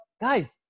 guys